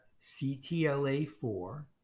CTLA4